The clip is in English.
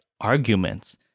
arguments